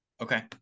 okay